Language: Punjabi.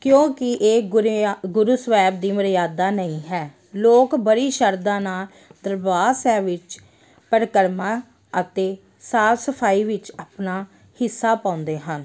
ਕਿਉਂਕਿ ਇਹ ਗੁਰਿਆ ਗੁਰੂ ਸਾਹਿਬ ਦੀ ਮਰਿਆਦਾ ਨਹੀਂ ਹੈ ਲੋਕ ਬੜੀ ਸ਼ਰਧਾ ਨਾਲ ਦਰਬਾਰ ਸਾਹਿਬ ਵਿੱਚ ਪਰਿਕਰਮਾ ਅਤੇ ਸਾਫ ਸਫਾਈ ਵਿੱਚ ਆਪਣਾ ਹਿੱਸਾ ਪਾਉਂਦੇ ਹਨ